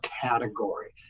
category